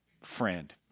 friend